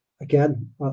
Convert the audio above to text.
Again